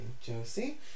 Josie